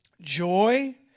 joy